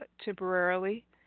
temporarily